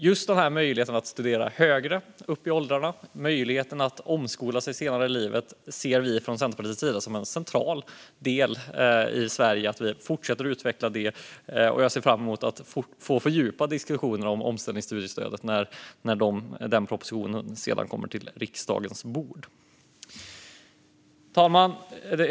Just möjligheten att studera högre upp i åldrarna och att omskola sig senare i livet ser vi från Centerpartiet som en central del i Sverige. Detta fortsätter vi att utveckla, och jag ser fram emot att få fördjupa diskussionerna om omställningsstudiestödet när propositionen kommer till riksdagen. Fru talman!